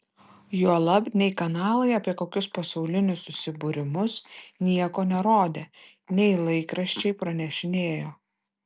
juolab nei kanalai apie kokius pasaulinius susibūrimus nieko nerodė nei laikraščiai pranešinėjo